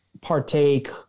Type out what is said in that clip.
partake